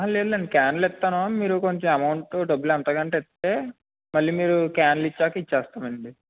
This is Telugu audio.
లేదు లేదులేండి క్యాన్లు ఇస్తాను మీరు కొంచెం అమౌంట్ డబ్బులు ఎంతోకొంత ఇస్తే మళ్ళీ మీరు క్యాన్లు ఇచ్చాకా ఇచ్చేస్తామండి